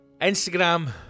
Instagram